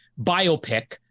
biopic